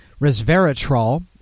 resveratrol